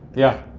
yeah.